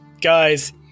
Guys